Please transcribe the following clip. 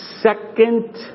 Second